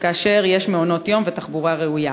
כאשר יש מעונות יום ותחבורה ראויה.